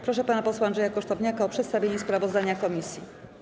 Proszę pana posła Andrzeja Kosztowniaka o przedstawienie sprawozdania komisji.